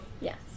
Yes